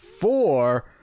four